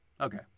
Okay